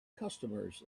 customers